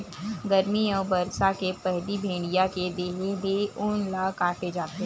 गरमी अउ बरसा के पहिली भेड़िया के देहे ले ऊन ल काटे जाथे